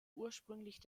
ursprünglich